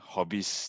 Hobbies